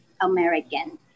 American